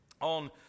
on